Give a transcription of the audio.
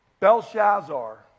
Belshazzar